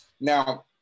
Now